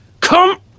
Come